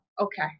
Okay